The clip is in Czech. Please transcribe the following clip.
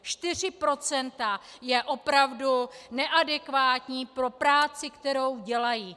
Čtyři procenta jsou opravdu neadekvátní pro práci, kterou dělají.